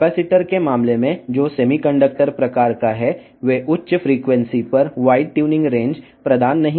కెపాసిటర్ల విషయంలో అది సెమీకండక్టర్ రకo కెపాసిటర్ల విషయంలో అవి అధిక ఫ్రీక్వెన్సీ ల వద్ద విస్తృత ట్యూనింగ్ పరిధిని అందించవు